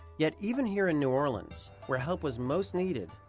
yet even here in new orleans, where help was most needed,